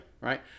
Right